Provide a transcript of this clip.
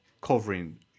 covering